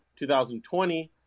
2020